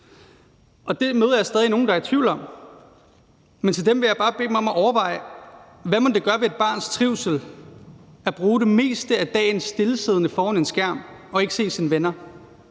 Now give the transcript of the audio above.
Det møder jeg stadig nogle der er i tvivl om, men dem vil jeg bare bede om at overveje, hvad det mon gør ved et barns trivsel at bruge det meste af dagen stillesiddende foran en skærm og ikke se sine venner.